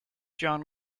john